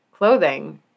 clothing